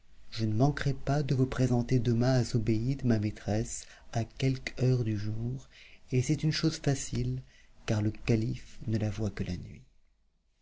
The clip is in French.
je ne manquerai pas de vous présenter demain à zobéide ma maîtresse à quelque heure du jour et c'est une chose facile car le calife ne la voit que la nuit